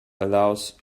allows